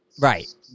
Right